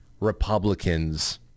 Republicans